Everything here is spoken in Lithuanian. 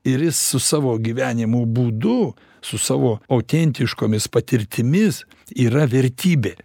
ir su savo gyvenimo būdu su savo autentiškomis patirtimis yra vertybė